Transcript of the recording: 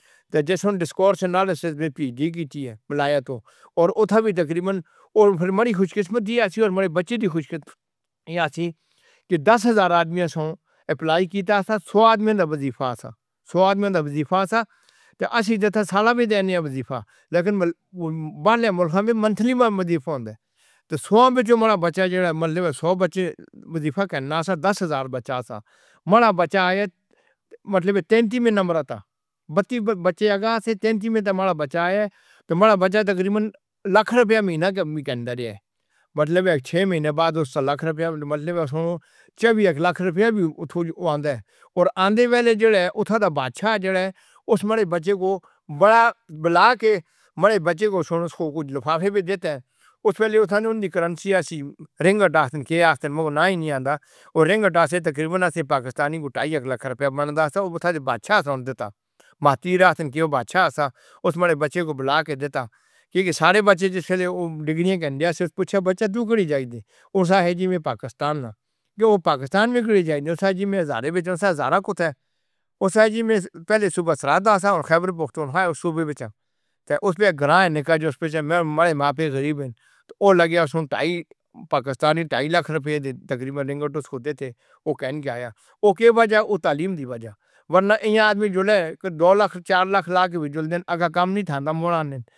تو جیسے ڈسکور سے نالے سے بھی دی کی تھی۔ بلایا تو اور اُدھر بھی تقریباً اور مری خوشقسمت تھی اور بچے دی خوشخبر۔ ایہاں تھی کہ دس ہزار آدمیاں سے اپلائی کیتا تھا۔ سو آدمیاں نے وظیفہ کا۔ سو آدمیاں نے وظیفہ کا۔ اصلیے تو سالانہ بھی دینی ہے وظیفہ۔ لیکن باہرلے ملک میں مینتھلی من وظیفہ ہون دے۔ تو سؤے وچ جو ہمارا بچہ جیڑے ہے مطلب سو بچے وظیفہ کینے آتے نی۔ دس ہزار بچہ سا۔ ہمارا بچہ ہے۔ مطلب تینتی وچ نمبر تا۔ بتیس بچے اگّے آتے نی تینتی وچ تو ہمارا بچہ ہے۔ تو ہمارا بچہ تقریباً لکھ روپے مہینہ کمبی کینڈر ہے۔ مطلب چھ مہینے بعد اُسنوں لکھ روپے مطلب کہ اک لکھ روپے بھی آندا ہے۔ اور آندے والے جو ہے اُتھا بادشاہ جیڑے ہے اُس وچ ہمارے بچے کو بلا کے مرے بچے کو سونے سے کچھ لفافے بھی دیندے نیں۔ اُس والے اُٹھا نہیں کرنسی ایسی رنگٹاسی دے آستے مُجھے نام ہی نہیں آندا اور رنگٹاسے تقریباً پاکستانی کو ٹائی اک لکھ روپے بندے ہے تو اوہ بادشاہ سے دیتا۔ مٹیر آستے بادشاہ سا اُس وچ بچے کو بلا کے دیندا کہ سارے بچے جس کالے ڈگری انڈیا توں پچھے بچہ توں کرے زیندی۔ اُسے ہے جی میں پاکستانی دے پاکستان وچ کرے زیندی اُساجی وچ ہریانہ توں زرا کُتے اُساجی پہلے صبح سرائے دا سا خیبر پختون ہے۔ اُس اوہ بھی بیچا۔ اُس وچ گرانے نکے جیسے غریب لگے یا ٹائی پاکستانی ٹائی لکھ روپے دے تقریباً دیندے۔ اوہ کہنے کے آیا۔ اوکے بجا او تعلیم دی وجہ ورنہ آدمی جُڑے دو لکھ چار لکھ لا کے بھی جو دن اگر کم نہیں ہوتا مرانی۔